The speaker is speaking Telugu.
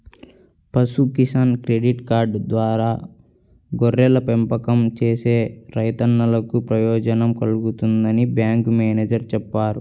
పశు కిసాన్ క్రెడిట్ కార్డు ద్వారా గొర్రెల పెంపకం చేసే రైతన్నలకు ప్రయోజనం కల్గుతుందని బ్యాంకు మేనేజేరు చెప్పారు